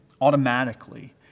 automatically